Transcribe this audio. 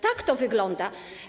Tak to wygląda.